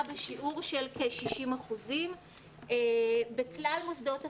בשיעור של כ-60 אחוזים בכלל מוסדות החינוך.